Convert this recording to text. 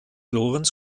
lorenz